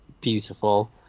beautiful